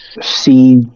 See